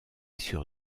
sur